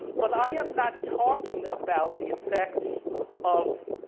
but i am not talking about the effects of